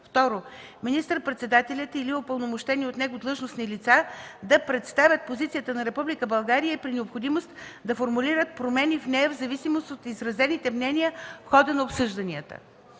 Второ, министър-председателят или упълномощени от него длъжностни лица да представят позицията на Република България и при необходимост да формулират промени в нея в зависимост от изразените мнения в хода на обсъжданията.